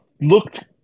looked